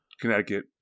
Connecticut